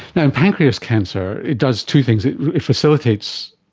now, and pancreas cancer, it does two things, it facilitates,